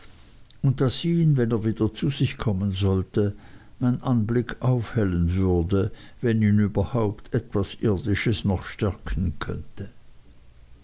und daß ihn wenn er wieder zu sich kommen sollte mein anblick aufhellen würde wenn ihn überhaupt etwas irdisches noch stärken könnte